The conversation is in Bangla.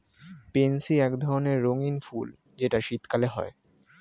পেনসি এক ধরণের রঙ্গীন ফুল যেটা শীতকালে হয়